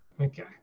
Okay